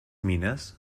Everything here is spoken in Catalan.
mines